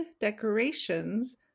decorations